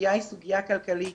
הסוגיה היא סוגיה כלכלית.